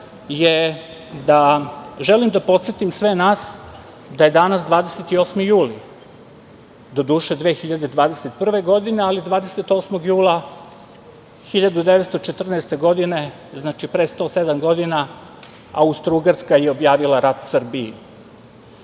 je da želim da podsetim sve nas, da je danas 28. juli. Do duše 2021. godine, ali 28. jula 1914. godine, znači pre 107 godina, Austro-ugarska je objavila rat Srbiji. Pet